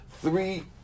three